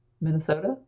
Minnesota